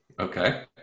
Okay